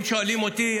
אם שואלים אותי,